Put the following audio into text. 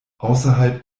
außerhalb